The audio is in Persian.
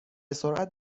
سرعت